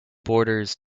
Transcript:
borders